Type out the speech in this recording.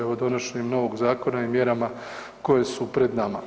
Evo donošenjem novog zakona i mjerama koje su pred nama.